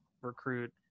recruit